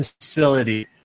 facility